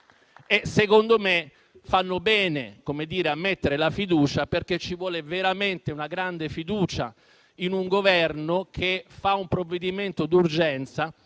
Secondo me fa bene a farlo perché ci vuole veramente una grande fiducia in un Governo che fa un provvedimento d'urgenza